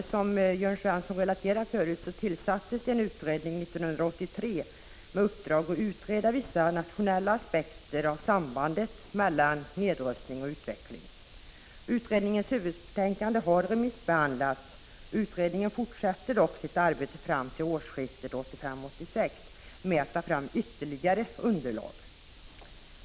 Som Jörn Svensson nyss sade tillsattes 1983 en utredning med uppdrag att studera vissa nationella aspekter av sambandet mellan nedrustning och utveckling. Utredningens huvudbetänkande har remissbehandlats. Fram till årsskiftet 1985-1986 fortsätter dock utredningen sitt arbete med att ta fram ytterligare underlag.